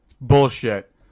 bullshit